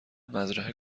مزرعه